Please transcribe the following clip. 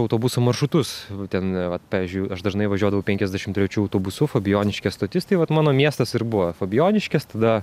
autobusų maršrutus ten vat pavyzdžiui aš dažnai važiuodavau penkiasdešim trečiu autobusu fabijoniškės stotis tai vat mano miestas ir buvo fabijoniškės tada